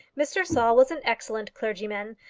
mr. saul was an excellent clergyman,